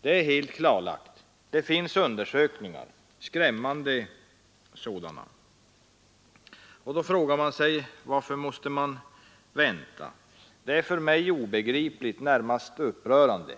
Det är helt klarlagt. Det finns undersökningar, skrämmande sådana. Varför måste man då vänta? Det är för mig obegripligt, närmast upprörande.